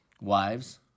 Wives